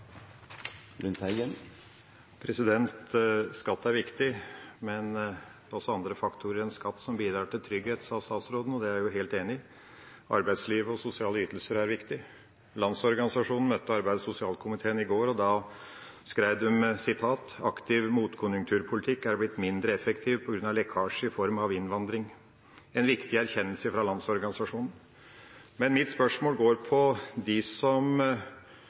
viktig, men også andre faktorer enn skatt bidrar til trygghet, sa statsråden. Og det er jeg helt enig i. Arbeidsliv og sosiale ytelser er viktig. Landsorganisasjonen møtte arbeids- og sosialkomiteen i går, og da skrev de at aktiv motkonjunkturpolitikk er blitt mindre effektiv på grunn av lekkasje i form av innvandring. – Det er en viktig erkjennelse fra Landsorganisasjonen. Mitt spørsmål gjelder dem som